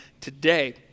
today